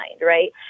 right